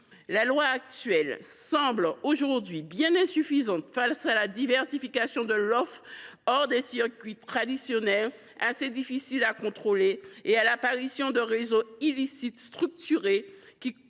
La loi actuelle semble bien insuffisante face à la diversification de l’offre hors des circuits traditionnels, qui est assez difficile à contrôler, et à l’apparition de réseaux illicites structurés, qui